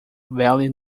valley